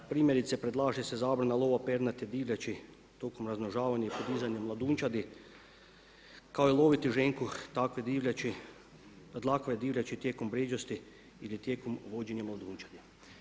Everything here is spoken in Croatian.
Primjerice, predlaže se zabrana lova pernate divljači tokom razmnožavanja i podizanja mladunčadi, kao i loviti ženku takve divljači, dlakave divljači tijekom bređosti ili tijekom vođenje mladunčadi.